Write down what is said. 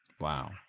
Wow